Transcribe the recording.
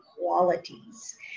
qualities